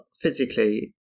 physically